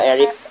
Eric